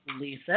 Lisa